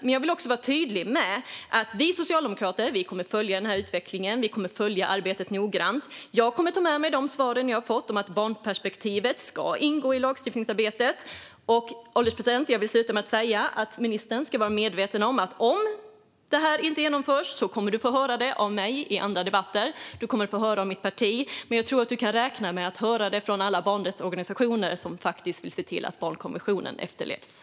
Men jag vill också vara tydlig med att vi socialdemokrater kommer att följa den här utvecklingen. Vi kommer att följa arbetet noggrant. Jag kommer att ta med mig de svar jag har fått om att barnperspektivet ska ingå i lagstiftningsarbetet. Herr ålderspresident! Jag vill avsluta med att säga att ministern ska vara medveten om att ifall detta inte genomförs kommer han att få höra det av mig och mitt parti i andra debatter, och jag tror att han också kan räkna med att få höra det av alla barnrättsorganisationer som vill se till att barnkonventionen faktiskt efterlevs.